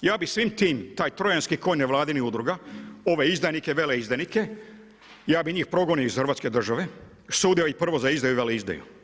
ja bi svim tim, taj trojanski konj nevladinih udruga ove izdajnike, veleizdajnike, ja bi njih progon iz hrvatske države, sudio ih prvo za izdaju, veleizdaju.